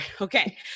okay